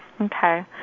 Okay